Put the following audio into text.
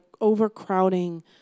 overcrowding